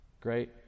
Great